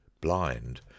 blind